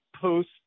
post